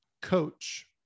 coach